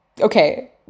okay